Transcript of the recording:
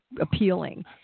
appealing